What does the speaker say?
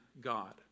God